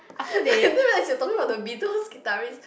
I just realized you was talking about the-beatles guitarist